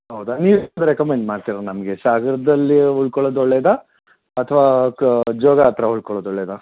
ಹೌದಾ ನೀವೆ ರೆಕಮೆಂಡ್ ಮಾಡ್ತೀರಾ ನಮಗೆ ಸಾಗರದಲ್ಲಿ ಉಳ್ಕೊಳ್ಳೋದು ಒಳ್ಳೆದಾ ಅಥವಾ ಕ ಜೋಗ ಹತ್ತಿರ ಉಳ್ಕೊಳ್ಳೋದು ಒಳ್ಳೆದಾ